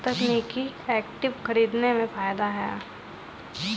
तकनीकी इक्विटी खरीदने में फ़ायदा है